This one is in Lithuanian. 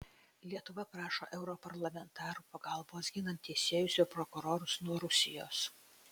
lietuva prašo europarlamentarų pagalbos ginant teisėjus ir prokurorus nuo rusijos